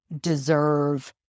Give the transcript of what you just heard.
deserve